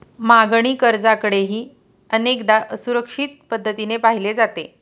मागणी कर्जाकडेही अनेकदा असुरक्षित पद्धतीने पाहिले जाते